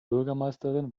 bürgermeisterin